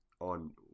on